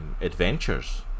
Adventures